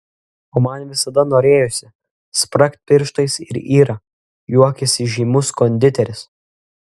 o man visada norėjosi spragt pirštais ir yra juokiasi žymus konditeris